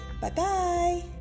Bye-bye